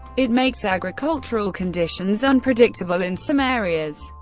it makes agricultural conditions unpredictable in some areas.